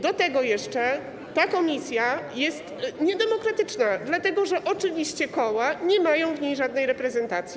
Do tego jeszcze ta komisja jest niedemokratyczna, dlatego że oczywiście koła nie mają w niej żadnej reprezentacji.